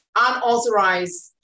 unauthorized